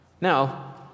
Now